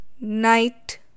Night